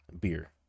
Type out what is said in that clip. beer